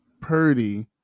Purdy